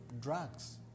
drugs